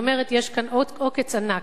היא אומרת: יש כאן עוקץ ענק.